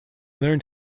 learnt